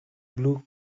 blue